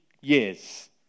years